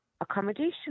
accommodation